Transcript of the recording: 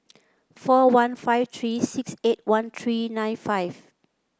four one five three six eight one three nine five